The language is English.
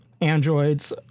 androids